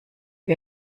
wir